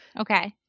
Okay